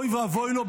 אוי ואבוי לו,